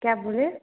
क्या बोले